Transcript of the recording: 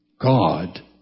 God